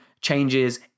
changes